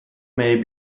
may